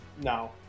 No